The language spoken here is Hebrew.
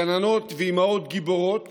גננות ואימהות גיבורות